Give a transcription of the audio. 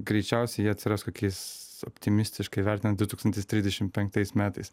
greičiausiai jie atsiras kokiais optimistiškai vertinanti du tūkstantis trisdešim penktais metais